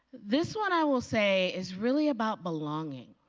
this one i will say is really about belonging.